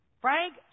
Frank